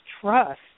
trust